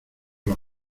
los